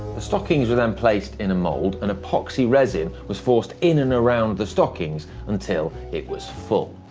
stockings were then placed in a mould, and epoxy resin was forced in and around the stockings until it was full.